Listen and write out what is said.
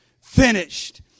finished